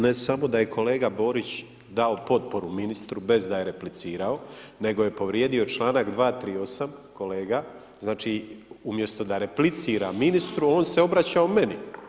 Ne samo da je kolega Borić dao potporu ministru bez da je replicirao, nego je povrijedio čl. 238. kolega, znači umjesto da replicira ministru, on se obraćao meni.